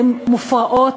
הן מופרעות,